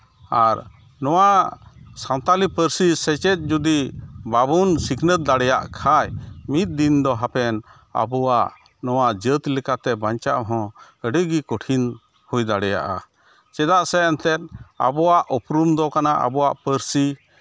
ᱟᱨ ᱱᱚᱣᱟ ᱥᱟᱶᱛᱟᱞᱤ ᱯᱟᱹᱨᱥᱤ ᱥᱮᱪᱮᱫ ᱡᱩᱫᱤ ᱵᱟᱵᱚᱱ ᱥᱤᱠᱷᱱᱟᱹᱛ ᱫᱟᱲᱮᱭᱟᱜ ᱠᱷᱟᱡ ᱢᱤᱫ ᱫᱤᱱ ᱫᱚ ᱦᱟᱯᱮᱱ ᱟᱵᱚᱣᱟᱜ ᱱᱚᱣᱟ ᱡᱟᱹᱛ ᱞᱮᱠᱟᱛᱮ ᱵᱟᱧᱪᱟᱜ ᱦᱚᱸ ᱟᱹᱰᱤ ᱜᱮ ᱠᱚᱴᱷᱤᱱ ᱦᱩᱭ ᱫᱟᱲᱮᱭᱟᱜᱼᱟ ᱪᱮᱫᱟᱜ ᱥᱮ ᱮᱱᱛᱮᱫ ᱟᱵᱚᱣᱟᱜ ᱩᱯᱨᱩᱢ ᱫᱚ ᱠᱟᱱᱟ ᱟᱵᱚᱣᱟᱜ ᱯᱟᱹᱨᱥᱤ